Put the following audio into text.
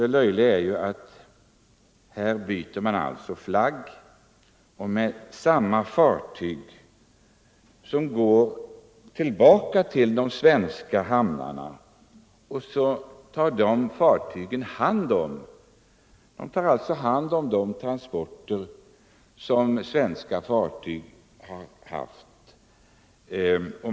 Det löjliga är att här byter man alltså flagg och så går samma fartyg tillbaka till de svenska hamnarna och tar hand om de transporter som svenska fartyg har haft.